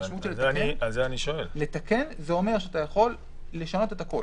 המשמעות של התיקון זה אומר שאתה יכול לשנות את הכול.